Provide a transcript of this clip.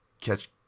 catch